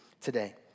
today